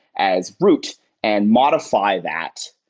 as root and modify that.